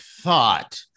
thought